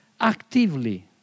actively